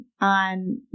on